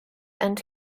and